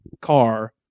car